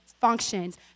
functions